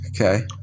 Okay